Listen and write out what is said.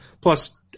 Plus